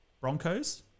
Broncos